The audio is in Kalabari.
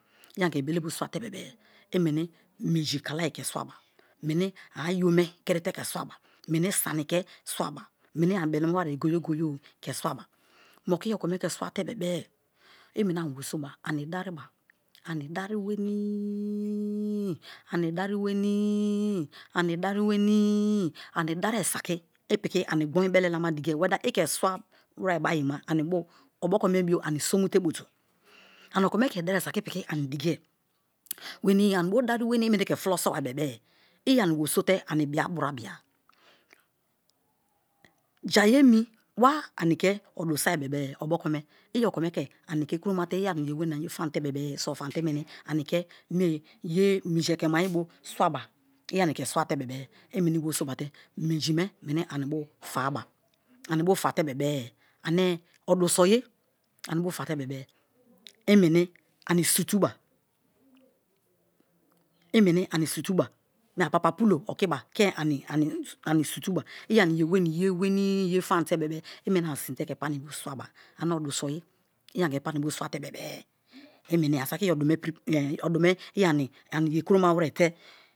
I ani ke belebio swate bebe-e i meni minji kalai ke swaba meni ayo me kirite ke swaba meni sani̱ ke swaba meni ani belema werie goye-goye ke swaba. Moku i̱ okome ke swafamate bebe-e i meni ani̱ dariba ani dari wenii ani darie saki i piki ani gbon ibele lama dikieri welaike swawere bo ayi ani bo, oboko me bio ani somute butu. Ani okome ke darie saki ipiki ani dikiye wenii ani bo dari weni i menike fulo soba bebe-e i ani weri sote ani bia burabia. Jai emi wa ani ke odu soi bebe-e oboko me i okome ke ani ke kromate i ani yei weni ani ye famte bebe-e i̱ sõ famte i̱ meni ani ke minji ekemaye bio swaba i̱ ani ke swate bebe i meni werisoba te̱ minji me ani bo fa-aba ani̱ bo fate bebe ane o̱du̱ soye ani bõ fate bebe-e i meni ani sutuba apapa pulo okiba ke ani sutuba i ani yeweni̱ ye famte bebe i meni ani sinte ke pani ke bo swaba ane odu soye i ani ke panibo swate bebe-e ani saki i ani ye kuroma were te.